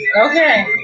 Okay